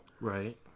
Right